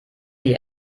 die